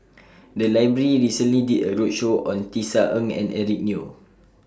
The Library recently did A roadshow on Tisa Ng and Eric Neo